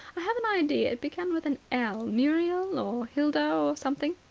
i have an idea it began with an l. muriel or hilda or something.